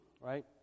right